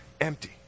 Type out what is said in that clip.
empty